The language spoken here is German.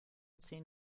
zehn